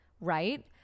right